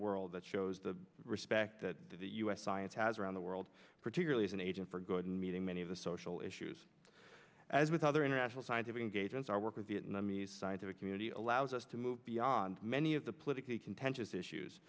world that shows the respect that the us science has around the world particularly as an agent for good in meeting many of the social issues as with other international scientific engagements our work with vietnamese scientific community allows us to move beyond many of the politically contentious issues